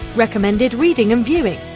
recommended reading and viewing,